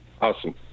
awesome